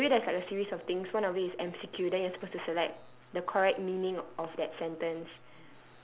um maybe there's like a series of things one of it is M_C_Q then you're supposed to select the correct meaning of that sentence